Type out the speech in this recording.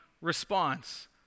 response